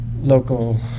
local